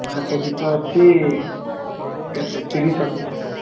ମୂଳା K G ତ ଅଛି କେତେ ତିରିଶ ଅଛି ସେଟା